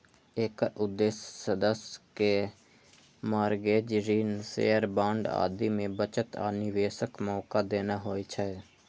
एकर उद्देश्य सदस्य कें मार्गेज, ऋण, शेयर, बांड आदि मे बचत आ निवेशक मौका देना होइ छै